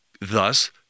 thus